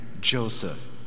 Joseph